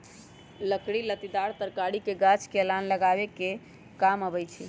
लकड़ी लत्तिदार तरकारी के गाछ लेल अलान लगाबे कें काम अबई छै